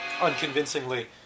unconvincingly